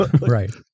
right